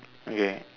okay